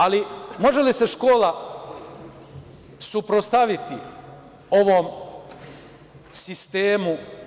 Ali, može li se škola suprotstaviti ovom sistemu?